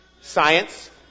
science